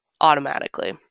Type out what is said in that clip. automatically